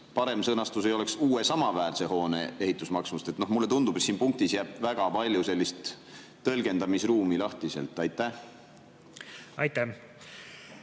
parem sõnastus ei oleks "uue samaväärse hoone ehitusmaksumus"? Mulle tundub, et siin punktis jääb väga palju tõlgendamisruumi. Aitäh, hea